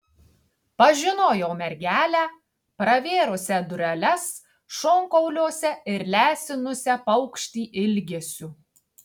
pažinojau mergelę pravėrusią dureles šonkauliuose ir lesinusią paukštį ilgesiu